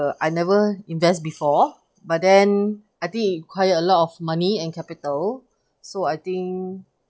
I never invest before but then I think it require a lot of money and capital so I think